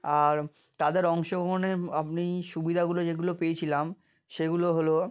আর তাদের অংশগ্রহণে আপনি সুবিধাগুলো যেগুলো পেয়েছিলাম সেগুলো হলো